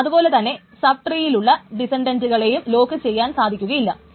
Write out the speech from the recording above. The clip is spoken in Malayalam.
അതുപോലെ തന്നെ സബ് ട്രീയിലുള്ള ഡിസന്റ്ന്റെകളെയും ലോക്കുചെയ്യുവാൻ സാധിക്കുകയില്ല